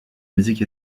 musique